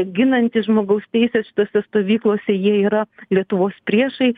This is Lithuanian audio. ginantis žmogaus teises šitose stovyklose jie yra lietuvos priešai